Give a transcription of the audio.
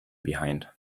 behind